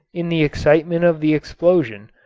in the excitement of the explosion,